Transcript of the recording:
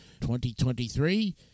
2023